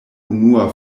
unua